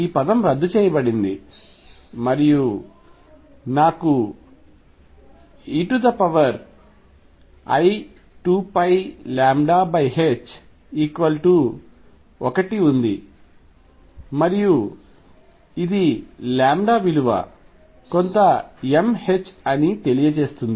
ఈ పదం రద్దు చేయబడింది మరియు నాకు ei2πλ 1 ఉంది మరియు ఇది λ విలువ కొంత m ℏ అని తెలియచేస్తుంది